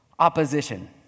Opposition